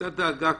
הייתה דאגה,